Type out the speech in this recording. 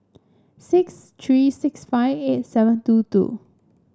six three six five eight seven two two